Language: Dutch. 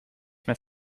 mijn